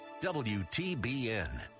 WTBN